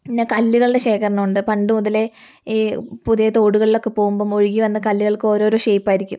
പിന്നെ കല്ലുകളുടെ ശേഖരണം ഉണ്ട് പണ്ട് മുതലേ ഈ പുതിയ തോടുകളിൽ ഒക്കെ പോകുമ്പം ഒഴുകിവന്ന കല്ലുകൾക്ക് ഓരോരോ ഷേപ്പ് ആയിരിക്കും